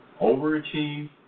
overachieved